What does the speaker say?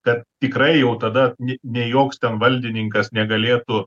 kad tikrai jau tada ne ne joks ten valdininkas negalėtų